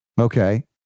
Okay